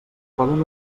poden